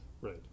Right